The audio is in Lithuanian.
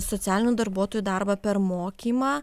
socialinių darbuotojų darbą per mokymą